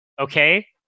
Okay